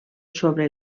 sobre